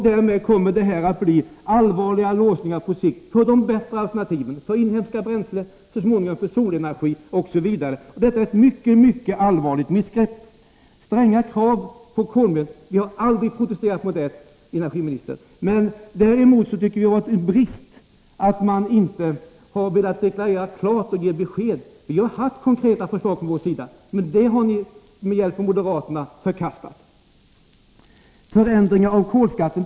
Därmed kommer det att bli allvarliga låsningar som på sikt hindrar bättre alternativ, inhemska bränslen, och så småningom solenergin, osv. Detta är ett mycket allvarligt missgrepp som regeringen gör. Stränga krav på kolet. Vi har aldrig protesterat mot det, energiministern. Däremot tycker vi att det är en brist att man inte har velat ge klara besked. Vi har haft konkreta förslag från vår sida, men dem har socialdemokraterna med hjälp av moderaterna förkastat. Förändring av kolskatten.